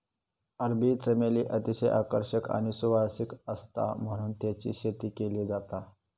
अरबी चमेली अतिशय आकर्षक आणि सुवासिक आसता म्हणून तेची शेती केली जाता